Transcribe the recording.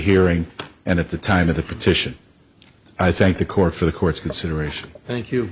hearing and at the time of the petition i thank the court for the court's consideration thank you